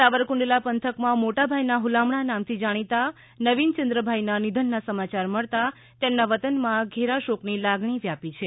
સાવરકુંડલા પંથકમાં મોટાભાઇનાં હુલામણા નામથી જાણીતા નવીનચંદ્રભાઇનાં નિધનનાં સમાચાર મળતા તેમના વતન માં ઘેરો શોક વ્યાપી ગયો છે